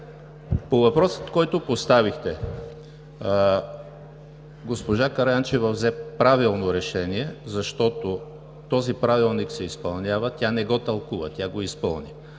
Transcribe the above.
По въпроса, който поставихте. Госпожа Караянчева взе правилно решение, защото този правилник се изпълнява, тя не го тълкува, тя го изпълни.